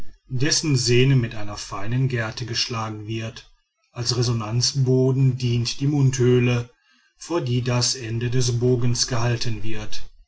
dessen sehne mit einer feinen gerte geschlagen wird als resonanzboden dient die mundhöhle vor die das eine ende des bogens gehalten wird